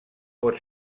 pot